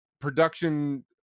production